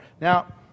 Now